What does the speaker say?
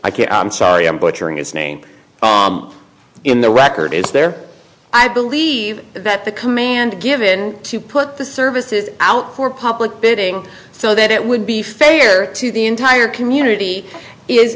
i can't i'm sorry i'm butchering his name in the record is there i believe that the command given to put the services out for public bidding so that it would be fair to the entire community is